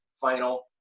final